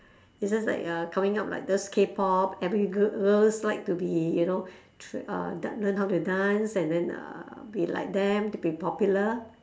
it's just like uh coming up like those Kpop every girl girls like to be you know tr~ dan~ uh learn how to dance and then uh be like them to be popular